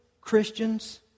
Christians